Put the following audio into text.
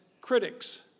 critics